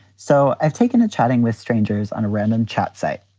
so i've taken a chatting with strangers on a random chat site.